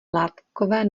látkové